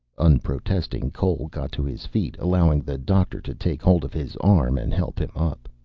unprotesting, cole got to his feet, allowing the doctor to take hold of his arm and help him up.